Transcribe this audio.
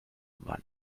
war